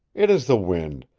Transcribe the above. it is the wind.